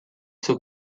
suo